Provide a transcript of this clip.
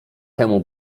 temu